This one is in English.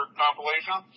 compilation